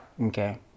Okay